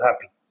happy